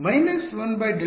1 Δ ಸರಿ U ′ ಬಗ್ಗೆ ಏನು